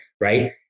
right